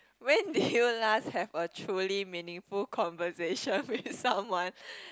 when did you last have a truly meaningful conversation with someone